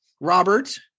Robert